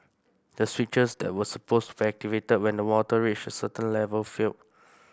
the switches that were supposed activated when the water reached certain level failed